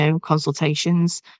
consultations